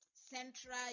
Central